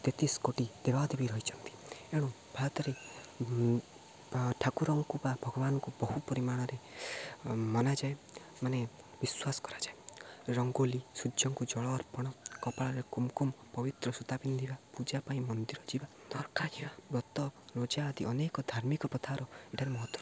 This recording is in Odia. ତେତିଶ କୋଟି ଦେବା ଦେବୀ ରହିଛନ୍ତି ଏଣୁ ଭାରତରେ ଠାକୁରଙ୍କୁ ବା ଭଗବାନଙ୍କୁ ବହୁ ପରିମାଣରେ ମନାଯାଏ ମାନେ ବିଶ୍ୱାସ କରାଯାଏ ରଙ୍ଗୋଲି ସୂର୍ଯ୍ୟଙ୍କୁ ଜଳ ଅର୍ପଣ କପାଳରେ କୁମକୁମ ପବିତ୍ର ସୂତା ପିନ୍ଧିବା ପୂଜା ପାଇଁ ମନ୍ଦିର ଯିବା ଘିଅ ବ୍ରତ ରୋଜା ଆଦି ଅନେକ ଧାର୍ମିକ ପ୍ରଥାର ଏଠାରେ ମହତ୍ତ୍ୱ